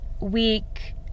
week